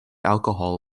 alcohol